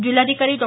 जिल्हाधिकारी डॉ